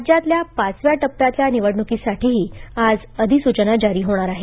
राज्यातल्या पाचव्या टप्प्यातल्या निवडणुकीसाठीही आज अधिसूचना जारी होणार आहे